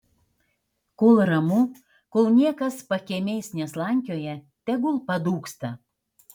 kol ramu kol niekas pakiemiais neslankioja tegul padūksta